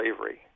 slavery